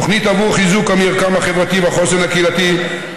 תוכנית לחיזוק המרקם החברתי והחוסן הקהילתי,